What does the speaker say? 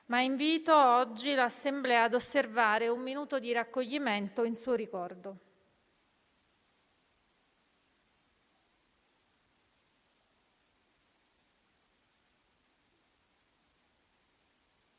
ma invito oggi l'Assemblea ad osservare un minuto di raccoglimento in suo ricordo.